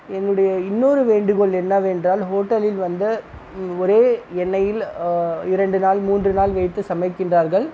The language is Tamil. என்னுடைய இன்னொரு வேண்டுகோள் என்னவென்றால் ஹோட்டலில் வந்து ஒரே எண்ணெயில் இரண்டு நாள் மூன்று நாள் வைத்து சமைக்கின்றார்கள்